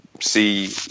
see